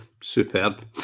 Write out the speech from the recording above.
Superb